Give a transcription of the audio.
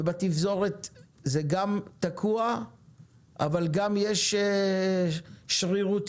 ובתפזורת זה גם תקוע אבל גם יש שרירותיות.